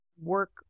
work